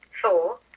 Four